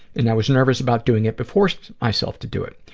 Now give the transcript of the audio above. and i was nervous about doing it, but forced myself to do it.